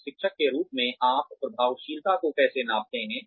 एक शिक्षक के रूप में आप प्रभावशीलता को कैसे नापते हैं